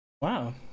Wow